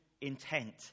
intent